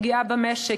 פגיעה במשק,